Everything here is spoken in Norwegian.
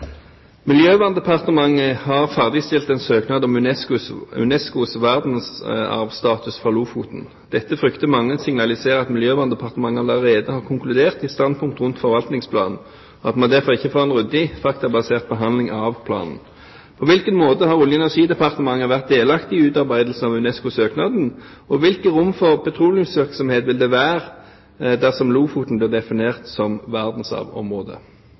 «Miljøverndepartementet har ferdigstilt en søknad om UNESCOs verdensarvstatus for Lofoten. Dette frykter mange signaliserer at Miljøverndepartementet allerede har konkludert i standpunkt rundt forvaltningsplanen, og at man derfor ikke får en ryddig, faktabasert behandling av planen. På hvilken måte har Olje- og energidepartementet vært delaktig i utarbeidelsen av UNESCO-søknaden, og hvilket rom for petroleumsvirksomhet vil det være dersom Lofoten blir definert som